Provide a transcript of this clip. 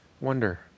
wonder